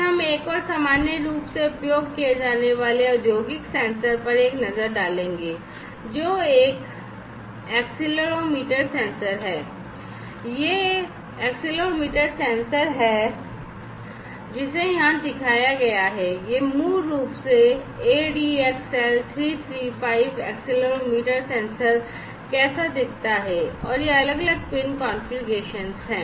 फिर हम एक और सामान्य रूप से उपयोग किए जाने वाले औद्योगिक सेंसर पर एक नज़र डालेंगे जो कि accelerometer सेंसर है और यह यह एक्सेलेरोमीटर सेंसर है जिसे यहाँ दिखाया गया है यह मूल रूप से यह ADXL335 एक्सेलेरोमीटर सेंसर कैसा दिखता है और ये अलग अलग पिन कॉन्फ़िगरेशन हैं